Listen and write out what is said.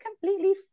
completely